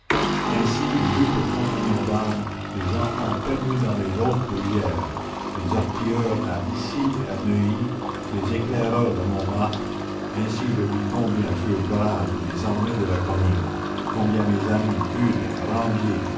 ainsi j'eus pour compagnons d'armes les enfants perdus dans les hautes bruyères les artilleurs à issy et à neuilly les éclaireurs de montmartre ainsi je vis combien furent braves les armées de la commune combien mes amis eudes